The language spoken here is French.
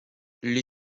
les